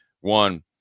one